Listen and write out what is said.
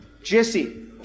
jesse